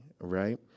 right